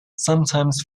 sometimes